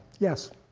yes.